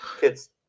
Kids